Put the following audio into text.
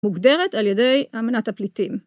מוגדרת על ידי אמנת הפליטים.